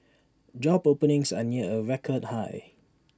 job openings are near A record high